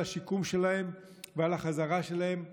על השיקום שלהם ועל החזרה שלהם לחברה.